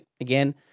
again